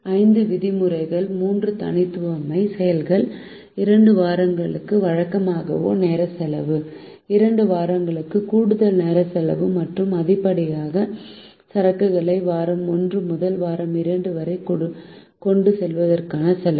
5 விதிமுறைகள் 3 தனித்துவமான செலவுகள் 2 வாரங்களுக்கு வழக்கமான நேர செலவு 2 வாரங்களுக்கு கூடுதல் நேர செலவு மற்றும் அதிகப்படியான சரக்குகளை வாரம் 1 முதல் வாரம் 2 வரை கொண்டு செல்வதற்கான செலவு